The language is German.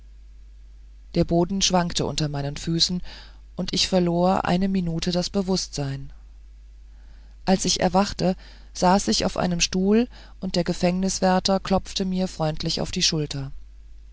der boden schwankte unter meinen füßen und ich verlor eine minute das bewußtsein als ich erwachte saß ich auf einem stuhl und der gefangenwärter klopfte mir freundlich auf die schulter